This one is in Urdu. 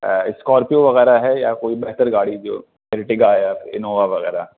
اسکارپیو وغیرہ ہے یا کوئی بہتر گاڑی جو ارٹیگا یا انووا وغیرہ